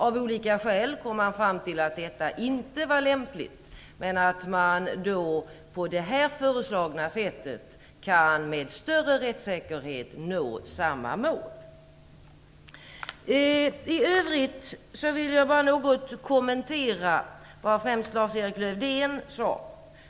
Av olika skäl kom man fram till att detta inte var lämpligt, men att man på det här föreslagna sättet med större rättssäkerhet kan nå samma mål. I övrigt vill jag bara något kommentera främst vad Lars-Erik Lövdén sade.